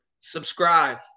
subscribe